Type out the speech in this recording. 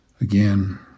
Again